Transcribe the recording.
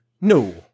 No